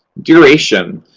duration.